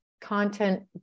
content